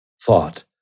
thought